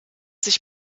sich